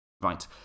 Right